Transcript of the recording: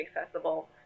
accessible